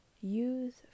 Use